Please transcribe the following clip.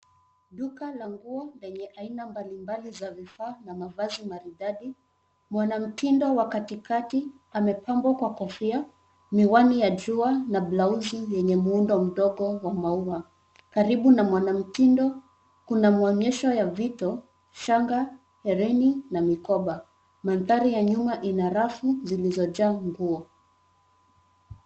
Duka la nguo lenye aina mbalimbali za vifaa na mavazi maridadi. Mwanamtindo wa katikati amepambwa kwa kofia, miwani ya jua na blausi yenye muundo mdogo wa maua. Karibu na mwanamtindo, kuna mwonyesho ya vito, shanga, hereni na mikoba. Mandhari ya nyuma ina rafu zilizojaa nguo.